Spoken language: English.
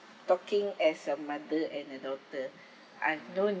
talking as a mother and a daughter I've known